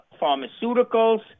Pharmaceuticals